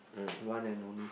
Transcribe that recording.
one and only